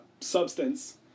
substance